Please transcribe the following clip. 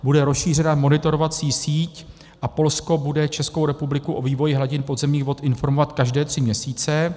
Bude rozšířena monitorovací síť a Polsko bude Českou republiku o vývoji hladin podzemních vod informovat každé tři měsíce.